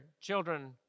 children